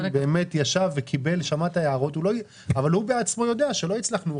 ישב וקיבל את ההערות אבל הוא בעצמו יודע שלא הצלחנו.